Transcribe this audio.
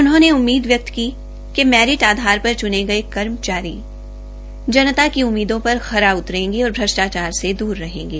उन्होंने उम्मीद व्यक्त की कि मैरिट आधार पर चुने गए कर्मचारी जनता की उम्मीदों पर निश्चित ही खरा उतरेंगे और भ्रष्टाचार से दूर रहेंगे